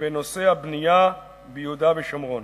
בנושא הבנייה ביהודה ושומרון".